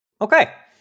Okay